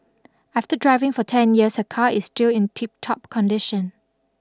after driving for ten years her car is still in tiptop condition